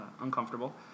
uncomfortable